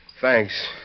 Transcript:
Thanks